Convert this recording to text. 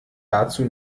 dazu